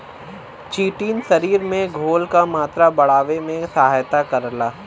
chitin शरीर में घोल क मात्रा बढ़ावे में सहायता करला